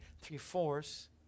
three-fourths